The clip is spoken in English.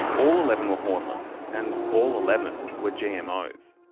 all eleven were hornless and all eleven were gmos.